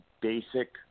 basic